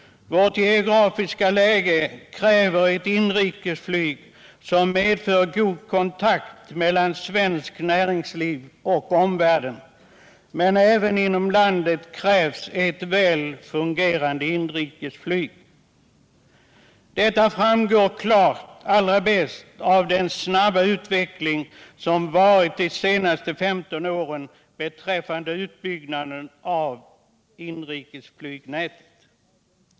Vårt geografiska läge kräver ett utrikesflyg, som medför god kontakt mellan svenskt näringsliv och omvärlden. Men även inom landet krävs ett väl fungerande inrikesflyg. Detta framgår klart av den snabba utveckling som skett de senaste 15 åren beträffande utbyggnaden av inrikesflygnätet.